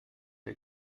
der